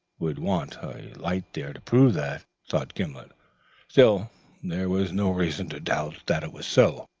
would want a light there to prove that, thought gimblet still there was no reason to doubt that it was so.